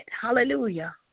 hallelujah